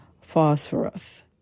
phosphorus